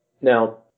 Now